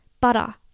butter